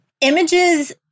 images